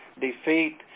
defeat